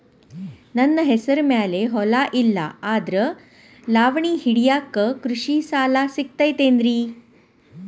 ನನ್ನ ಹೆಸರು ಮ್ಯಾಲೆ ಹೊಲಾ ಇಲ್ಲ ಆದ್ರ ಲಾವಣಿ ಹಿಡಿಯಾಕ್ ಕೃಷಿ ಸಾಲಾ ಸಿಗತೈತಿ ಏನ್ರಿ?